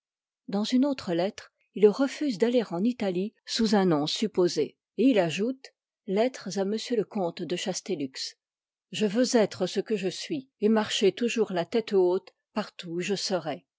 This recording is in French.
dans une autre lettre il refuse d'aller en italie sous un nom supposé et il ajoute je lettres à m la comte veux être ce que je suis et marcher tou j jours la tête haute partout où je serai